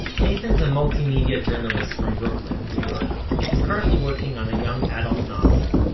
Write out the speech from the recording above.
nathan's a multimedia journalist from brooklyn, new york. he's currently working on a young adult novel,